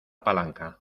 palanca